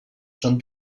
són